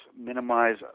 minimize